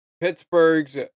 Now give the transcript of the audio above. Pittsburgh's